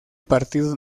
partido